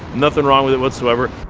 nothing wrong with it whatsoever.